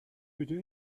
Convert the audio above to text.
بجای